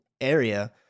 area